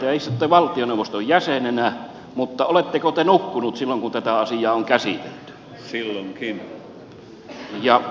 te istutte valtioneuvoston jäsenenä mutta oletteko te nukkunut silloin kun tätä asiaa on käsitelty